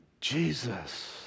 Jesus